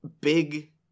big